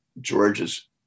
George's